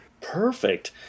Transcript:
Perfect